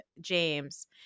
James